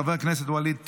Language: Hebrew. חבר הכנסת ווליד טאהא,